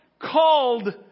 called